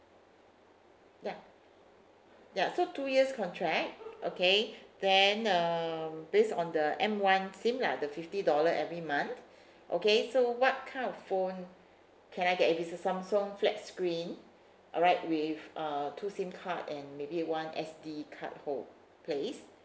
ya ya so two years contract okay then um based on the M one SIM lah the fifty dollar every month okay so what kind of phone can I get if it's a samsung flat screen alright with uh two SIM card and maybe one S_D card hold place